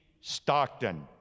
Stockton